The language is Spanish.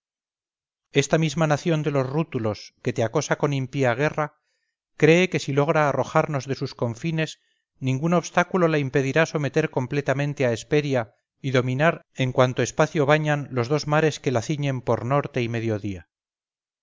esta misma nación de los rútulos que te acosa con impía guerra cree que si logra arrojarnos de sus confines ningún obstáculo la impedirá someter completamente a hesperia y dominar en cuanto espacio bañan los dos mares que la ciñen por norte y mediodía